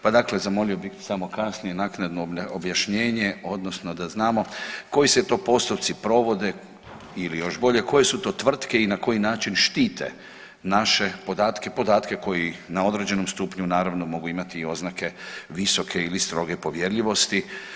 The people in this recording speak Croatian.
Pa dakle, zamolio bih samo kasnije naknadno objašnjenje, odnosno da znamo koji se to postupci provode ili još bolje koje su to tvrtke i na koji način štite naše podatke, podatke koji na određenom stupnju naravno mogu imati i oznake visoke ili stroge povjerljivosti.